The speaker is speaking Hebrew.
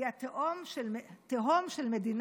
היא תהום של מדינת